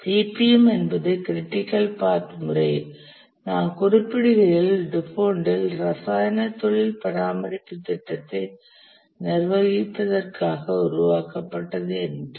CPM என்பது critical path முறை நாம் குறிப்பிடுகையில் டுபோண்டில் ரசாயனத் தொழிலில் பராமரிப்பு திட்டத்தை நிர்வகிப்பதற்காக உருவாக்கப்பட்டது என்றோம்